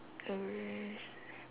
the rest